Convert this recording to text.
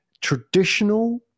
traditional